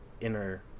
inner